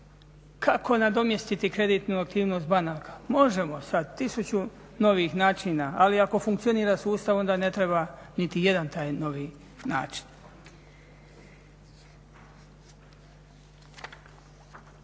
Kako nadomjestiti kreditnu aktivnost banaka? Možemo sa tisuću novih načina ali ako funkcionira sustav onda ne treba nitijedan taj novi način.